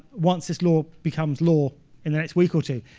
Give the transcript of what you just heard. once this law becomes law in the next week or two,